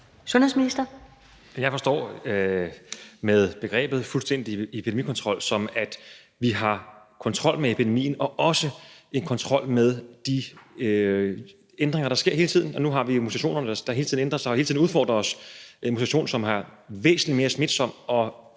Heunicke): Jeg forstår begrebet fuldstændig epidemikontrol, som at vi har kontrol med epidemien og også kontrol med de ændringer, der sker hele tiden. Nu har vi mutationerne, der hele tiden ændrer sig og hele tiden udfordrer os – mutationer, som er væsentlig mere smitsomme,